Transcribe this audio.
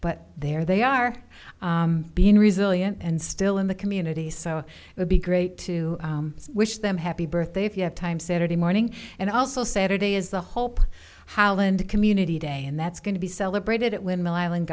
but there they are being resilient and still in the community so it would be great to wish them happy birthday if you have time saturday morning and also saturday is the hope holland community day and that's going to be celebrated at windmill island